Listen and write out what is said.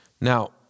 Now